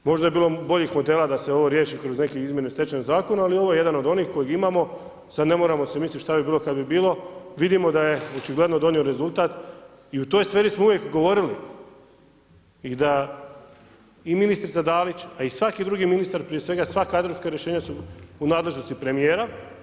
Možda je bilo boljih modela da se ovo riješi kroz neke izmjene stečajnog zakona, ali ovo je jedan od onih kojeg imamo, sad ne moramo si mislit šta bi bilo kad bi bilo, vidimo da je očigledno donio rezultat i u toj sferi smo uvijek govorili i da i ministrica Dalić, a i svaki drugi ministar prije svega, sva kadrovska rješenja su u nadležnosti premijera.